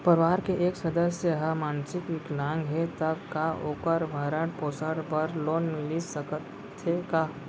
परवार के एक सदस्य हा मानसिक विकलांग हे त का वोकर भरण पोषण बर लोन मिलिस सकथे का?